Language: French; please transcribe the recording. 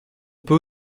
peut